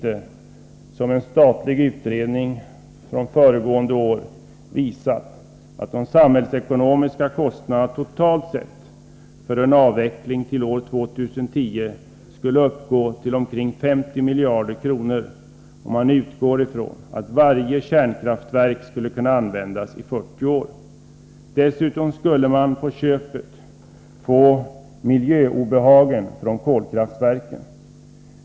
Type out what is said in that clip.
En statlig utredning från förra året har visat att de samhällsekonomiska kostnaderna totalt sett för en avveckling till år 2010 skulle uppgå till omkring 50 miljarder kr., om man utgår från att varje kärnkraftverk skulle kunna användas i 40 år. Dessutom skulle man på köpet få miljöobehagen från kolkraftverken.